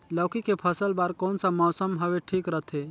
लौकी के फसल बार कोन सा मौसम हवे ठीक रथे?